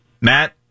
Matt